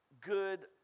good